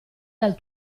dal